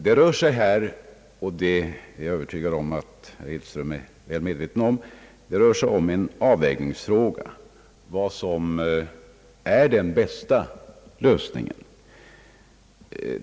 Det rör sig här om en avvägningsfråga. Jag är övertygad om att herr Edström är väl medveten om det. Vad är då den bästa lösningen?